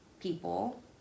people